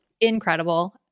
incredible